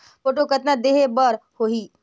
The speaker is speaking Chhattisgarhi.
फोटो कतना देहें बर होहि?